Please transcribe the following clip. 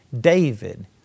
David